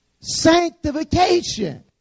sanctification